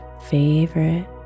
favorite